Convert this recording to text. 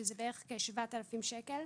שזה בערך 7000 שקל.